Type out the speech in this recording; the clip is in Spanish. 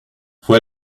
fue